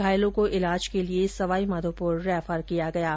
घायलों को इलाज के लिये सवाईमाधोपुर रैफर किया गया है